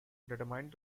determined